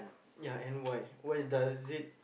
ya and why why does it